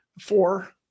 Four